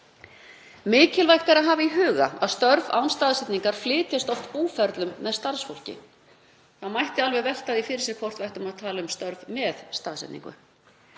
Mikilvægt er að hafa í huga að störf án staðsetningar flytjast oft búferlum með starfsfólki. Það mætti alveg velta því fyrir sér hvort við ættum að tala um störf með staðsetningu.